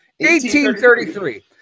1833